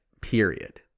period